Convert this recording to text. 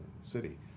city